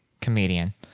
comedian